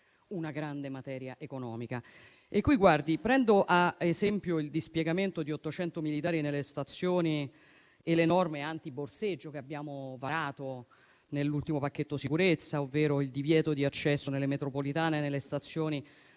una grande materia economica. Prendo qui a esempio il dispiegamento di 800 militari nelle stazioni e le norme antiborseggio che abbiamo varato nell'ultimo pacchetto sicurezza, ovvero il divieto di accesso alle metropolitane e alle stazioni